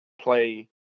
play